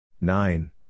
Nine